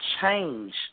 change